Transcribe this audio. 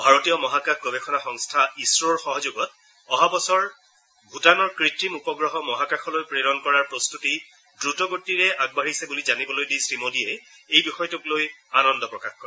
ভাৰতীয় মহাকাশ গৱেষণা সংস্থা ইছৰৰ সহযোগত অহা বছৰ ভূটানৰ কৃত্ৰিম উপগ্ৰহ মহাকাশলৈ প্ৰেৰণ কৰাৰ প্ৰস্তুতি দ্ৰুতগতিৰে আগবাঢ়িছে বুলি জানিবলৈ দি শ্ৰীমোদীয়ে এই বিষয়টোক লৈ আনন্দ প্ৰকাশ কৰে